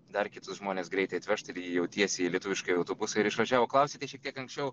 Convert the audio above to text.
dar kitus žmones greitai atvežt ir jie jau tiesiai į lietuviškąjį autobusą ir išvažiavo klausėte šiek tiek anksčiau